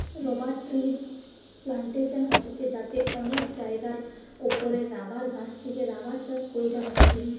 rubber ট্রির plantation হতিছে যাতে অনেক জায়গার ওপরে রাবার গাছ থেকে রাবার চাষ কইরা হতিছে